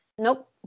Nope